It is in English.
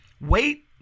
Wait